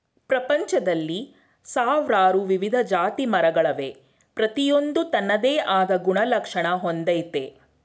ಪ್ರಪಂಚ್ದಲ್ಲಿ ಸಾವ್ರಾರು ವಿವಿಧ ಜಾತಿಮರಗಳವೆ ಪ್ರತಿಯೊಂದೂ ತನ್ನದೇ ಆದ್ ಗುಣಲಕ್ಷಣ ಹೊಂದಯ್ತೆ